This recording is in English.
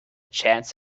chance